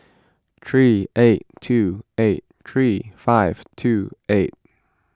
three eight two eight three five two eight